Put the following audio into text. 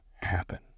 happen